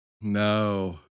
No